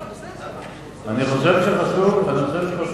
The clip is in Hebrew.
לא, בסדר, אבל, אני חושב שחשוב לפרסם,